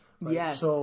Yes